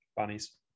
bunnies